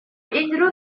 unrhyw